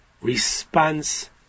response